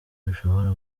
bishobora